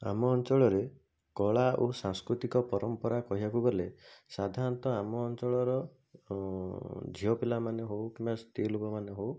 ଆମ ଅଞ୍ଚଳରେ କଳା ଓ ସାଂସ୍କୃତିକ ପରମ୍ପରା କହିବାକୁ ଗଲେ ସାଧାରଣତଃ ଆମ ଅଞ୍ଚଳର ଝିଅ ପିଲାମାନେ ହେଉ କିମ୍ବା ସ୍ତ୍ରୀ ଲୋକମାନେ ହେଉ